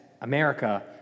America